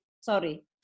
sorry